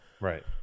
Right